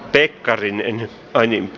pekkarinen aini